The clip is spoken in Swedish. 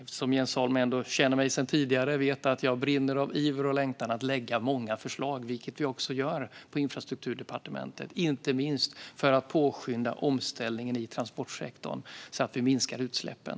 Jens Holm känner mig sedan tidigare och vet att jag brinner av iver och längtan att lägga många förslag, vilket vi också gör på Infrastrukturdepartementet, inte minst för att påskynda omställningen i transportsektorn så att vi minskar utsläppen.